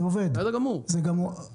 זה עובד, ולא בגלל שאני אבא שלהם שמתעסק בזה.